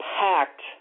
Packed